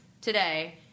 today